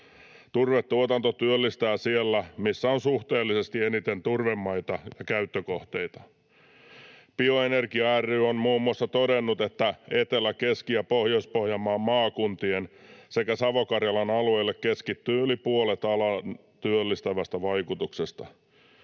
Turvetuotanto työllistää siellä, missä on suhteellisesti eniten turvemaita ja käyttökohteita. Bioenergia ry on muun muassa todennut, että Etelä‑, Keski‑ ja Pohjois-Pohjanmaan maakuntien sekä Savo-Karjalan alueelle keskittyy yli puolet alan työllistävästä vaikutuksesta.